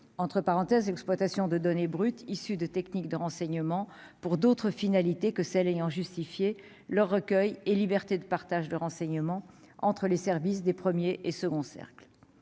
entre parenthèses, exploitation de données brutes issues de techniques de renseignement pour d'autres finalités que celles ayant justifié leur recueil et liberté de partage de renseignements entre les services des 1er et second cercle